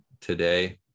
today